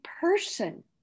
person